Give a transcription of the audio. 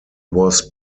was